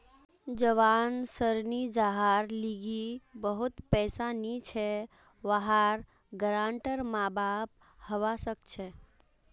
जवान ऋणी जहार लीगी बहुत पैसा नी छे वहार गारंटर माँ बाप हवा सक छे